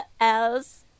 else